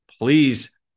please